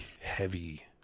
heavy